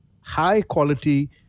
high-quality